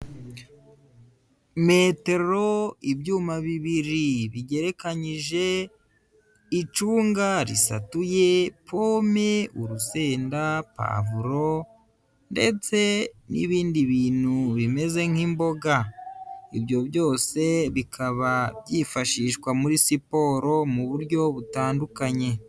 Metero, ibyuma bibiri bigerekanyije, icunga risatuye, pome, urusenda, pavuro ndetse n'ibindi bintu bimeze nk'imboga, ibyo byose bikaba byifashishwa muri siporo mu buryo butandukanye.